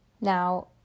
Now